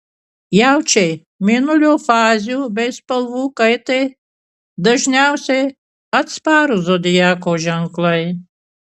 jaučiai mėnulio fazių bei spalvų kaitai dažniausiai atsparūs zodiako ženklai